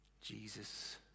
Jesus